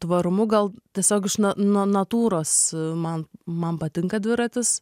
tvarumu gal tiesiog na nuo natūros man man patinka dviratis